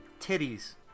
titties